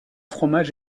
fromage